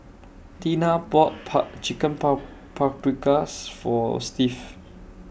Tina bought POP Chicken POP Paprikas For Steve